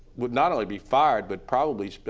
would not only be fired, but probably so